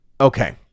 Okay